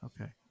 Okay